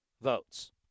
votes